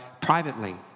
privately